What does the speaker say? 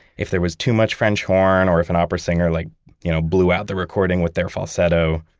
if there was too much french horn or if an opera singer like you know blew out the recording with their falsetto,